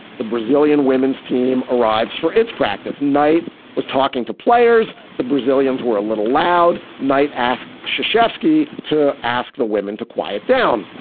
the brazilian women's team arrives for its practice. knight was talking to players. the brazilians were a little loud. knight asked shasha off-key to ask the women to quiet down.